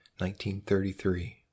1933